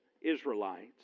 Israelites